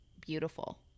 beautiful